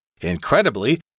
Incredibly